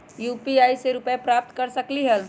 UPI से रुपए प्राप्त कर सकलीहल?